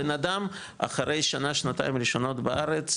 בנאדם אחרי שנה-שנתיים ראשונות בארץ,